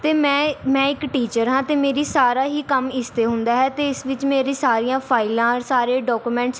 ਅਤੇ ਮੈਂ ਮੈਂ ਇੱਕ ਟੀਚਰ ਹਾਂ ਅਤੇ ਮੇਰੀ ਸਾਰਾ ਹੀ ਕੰਮ ਇਸ 'ਤੇ ਹੁੰਦਾ ਹੈ ਅਤੇ ਇਸ ਵਿੱਚ ਮੇਰੀ ਸਾਰੀਆਂ ਫਾਈਲਾਂ ਸਾਰੇ ਡੋਕੂਮੈਂਟਸ